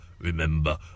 remember